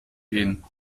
ihn